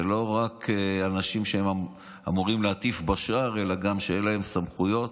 זה לא רק אנשים שאמורים להטיף בשער אלא גם שיהיו להם סמכויות,